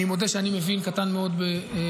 אני מודה שאני מבין קטן מאוד בספורט.